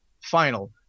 final